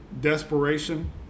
desperation